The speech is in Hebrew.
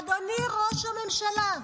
אדוני ראש הממשלה,